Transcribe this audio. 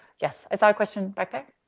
yes. i saw a question back there?